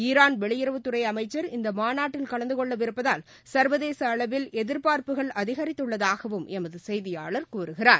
Iran வெளியுறவுத்துறைஅமைச்சர் இந்தமாநாட்டில் கலந்துகொள்ளவிருப்பதால் சர்வதேசஅளவில் எதிர்பார்ப்புகள் அதிகரித்துள்ளதாகவும் எமதுசெய்தியாளர் கூறுகிறார்